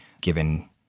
given